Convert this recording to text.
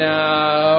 now